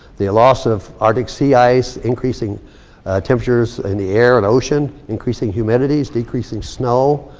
the loss of arctic sea ice, increasing temperatures in the air and ocean, increasing humidities, decreasing snow,